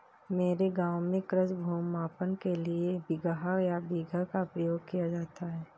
मेरे गांव में कृषि भूमि मापन के लिए बिगहा या बीघा का प्रयोग किया जाता है